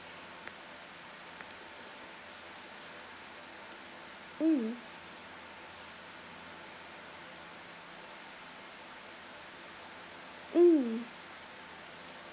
mm mm